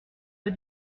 que